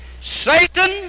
Satan